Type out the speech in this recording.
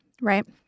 Right